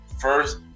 first